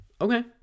okay